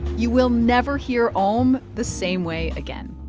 you will never hear om the same way again